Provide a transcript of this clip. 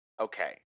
Okay